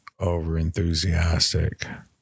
overenthusiastic